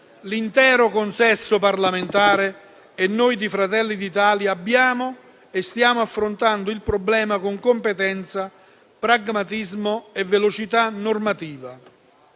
l'intero consesso parlamentare e noi di Fratelli d'Italia abbiamo affrontato e stiamo affrontando il problema con competenza, pragmatismo e velocità normativa.